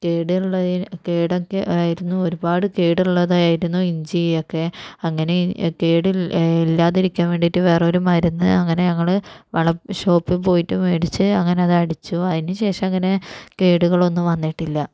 കേടുകൾ ഉള്ളതിന് കേടൊക്കെ ആയിരുന്നു ഒരുപാട് കേടുള്ളതായിരുന്നു ഇഞ്ചി ഒക്കെ അങ്ങനെ കേട് ഇല്ലാ ഇല്ലാതിരിക്കാൻ വേണ്ടിട്ട് വേറൊരു മരുന്ന് അങ്ങനെ ഞങ്ങള് വളം ഷോപ്പിൽ പോയിട്ട് മേടിച്ച് അങ്ങനെ അത് അടിച്ചു അതിനുശേഷം അങ്ങനെ കേടുകളൊന്നും വന്നിട്ടില്ല